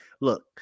look